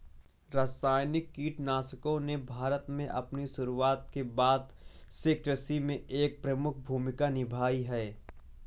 रासायनिक कीटनाशकों ने भारत में अपनी शुरूआत के बाद से कृषि में एक प्रमुख भूमिका निभाई हैं